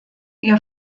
ihr